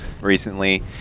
recently